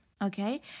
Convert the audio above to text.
Okay